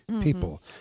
people